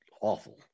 awful